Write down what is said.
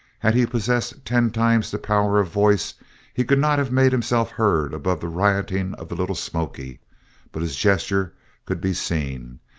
had he possessed ten times the power of voice he could not have made himself heard above the rioting of the little smoky but his gesture could be seen,